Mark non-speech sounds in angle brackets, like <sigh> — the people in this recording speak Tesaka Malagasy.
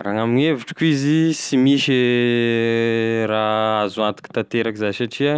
Raha gn'amign'evitriko izy sy misy e <hesitation> raha azo antoky tanteraky za satria